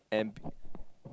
and